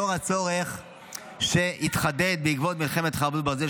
לנוכח הצורך שהתחדד בעקבות מלחמת חרבות ברזל,